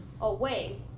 away